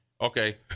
Okay